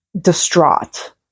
distraught